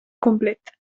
complet